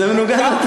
זה מנוגד לתקנון.